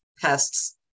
pests